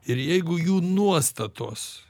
ir jeigu jų nuostatos